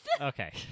Okay